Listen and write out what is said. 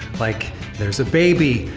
like there's a baby,